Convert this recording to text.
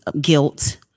guilt